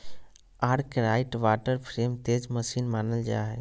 Arkwright water frame तेज machine मानल जा हई